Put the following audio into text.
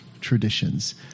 traditions